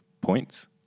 points